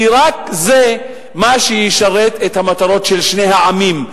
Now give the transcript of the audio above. כי רק זה מה שישרת את המטרות של שני העמים.